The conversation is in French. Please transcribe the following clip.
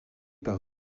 par